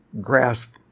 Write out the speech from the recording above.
grasp